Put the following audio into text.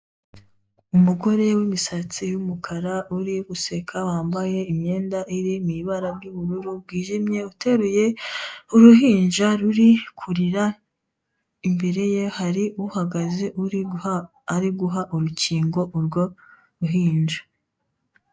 Umugore uri guseka wambaye imyenda iri mu ibara ry'ubururu n'undi uteruye uruhinja ruri kurira imbere ye hari uhagaze uri guha urukingo urwo ruhinja.